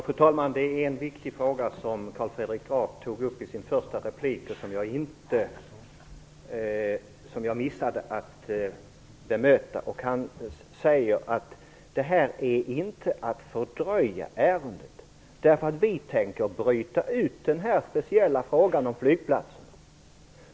Fru talman! Carl Fredrik Graf tog i sin första replik upp en viktig fråga som jag missade att bemöta. Han säger att detta inte är att fördröja ärendet, eftersom man tänker sig bryta ut den här speciella frågan om flygplatserna.